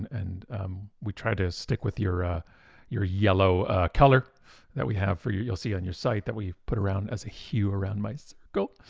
and we try to stick with your ah your yellow color that we have for you. you'll see on your site that we've put around as a hue around my circle.